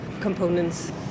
components